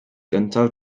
gyntaf